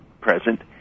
present